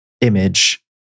image